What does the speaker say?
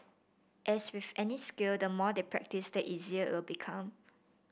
as with any skill the more they practise the easier it will become